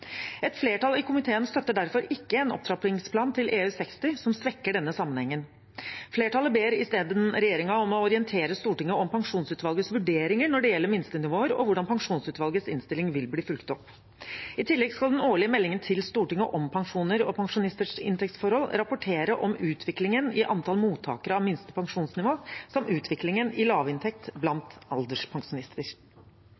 Et flertall i komiteen støtter derfor ikke en opptrappingsplan til EU60, som svekker denne sammenhengen. Flertallet ber isteden regjeringen om å orientere Stortinget om pensjonsutvalgets vurderinger når det gjelder minstenivåer, og hvordan pensjonsutvalgets innstilling vil bli fulgt opp. I tillegg skal den årlige meldingen til Stortinget om pensjoner og pensjonisters inntektsforhold rapportere om utviklingen i antall mottakere av minste pensjonsnivå samt utviklingen i lavinntekt